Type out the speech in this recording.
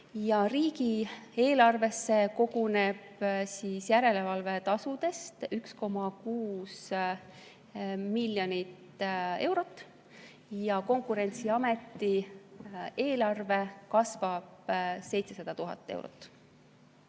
Riigieelarvesse koguneb järelevalvetasudest 1,6 miljonit eurot ja Konkurentsiameti eelarve kasvab 700 000 eurot.